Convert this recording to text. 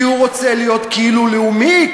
כי הוא רוצה להיות כאילו הוא לאומי,